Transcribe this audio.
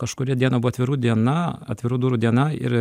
kažkuri diena buvo atvirų diena atvirų durų diena ir